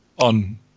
on